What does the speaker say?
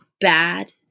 bad